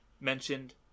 mentioned